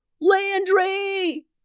Landry